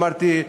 אמרתי,